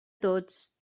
tots